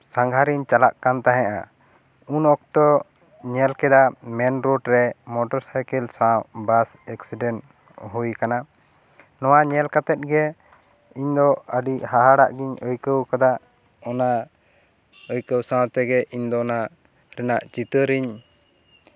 ᱥᱟᱸᱜᱷᱟᱨᱤᱧ ᱪᱟᱞᱟᱜ ᱠᱟᱱ ᱛᱟᱦᱮᱸᱫᱼᱟ ᱩᱱ ᱚᱠᱛᱚ ᱧᱮᱞ ᱠᱮᱫᱟ ᱢᱮᱱ ᱨᱳᱰ ᱨᱮ ᱢᱚᱴᱚᱨ ᱥᱟᱭᱠᱮᱞ ᱥᱟᱶ ᱵᱟᱥ ᱮᱠᱥᱤᱰᱮᱱ ᱦᱩᱭᱟᱠᱟᱱᱟ ᱱᱚᱶᱟ ᱧᱮᱞ ᱠᱟᱛᱮᱫ ᱜᱮ ᱤᱧ ᱫᱚ ᱟᱹᱰᱤ ᱦᱟᱦᱟᱲᱟᱜ ᱜᱤᱧ ᱟᱹᱭᱠᱟᱹᱣ ᱠᱮᱫᱟ ᱚᱱᱟ ᱟᱹᱭᱠᱟᱹᱣ ᱥᱟᱶᱛᱮᱜᱮ ᱤᱧ ᱫᱚ ᱚᱱᱟ ᱨᱮᱱᱟᱜ ᱪᱤᱛᱟᱹᱨᱤᱧ